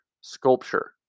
sculpture